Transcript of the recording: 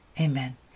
amen